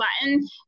button